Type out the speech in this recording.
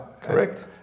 Correct